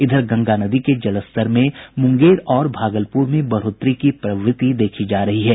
इधर गंगा नदी के जलस्तर में मुंगेर और भागलपुर में बढ़ोतरी की प्रवृत्ति देखी जा रही है